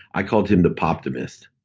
i called him the poptimist.